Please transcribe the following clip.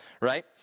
Right